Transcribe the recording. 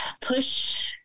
push